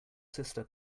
sister